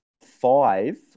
five